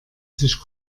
sich